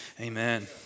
Amen